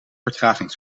vertraging